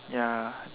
ya